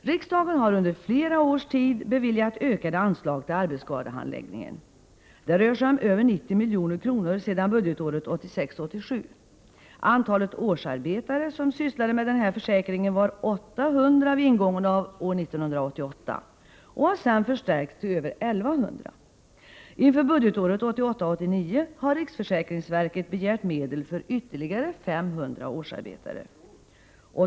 Riksdagen har under flera års tid beviljat ökade anslag till arbetsskadehandläggningen. Det rör sig om över 90 milj.kr. sedan budgetåret 1986 89 har riksförsäkringsverket begärt medel för ytterligare 500 årsarbetare.